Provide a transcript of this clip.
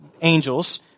angels